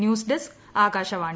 news desk Akashvani